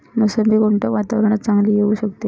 मोसंबी कोणत्या वातावरणात चांगली येऊ शकते?